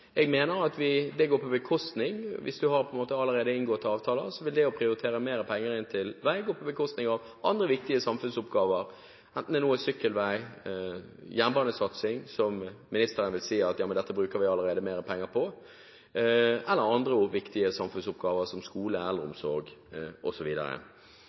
vi allerede har inngått en avtale, vil det å prioritere mer penger inn til vei gå på bekostning av andre viktige samfunnsoppgaver, enten det nå er sykkelvei, jernbanesatsing – her vil ministeren si at dette bruker vi allerede mer penger på – eller andre viktige samfunnsoppgaver, som skole,